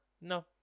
No